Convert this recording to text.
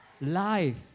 life